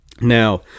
Now